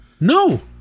No